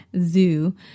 zoo